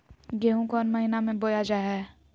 गेहूँ कौन महीना में बोया जा हाय?